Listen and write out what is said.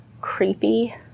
creepy